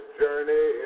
journey